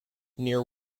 near